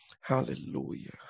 hallelujah